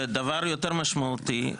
ודבר יותר משמעותי,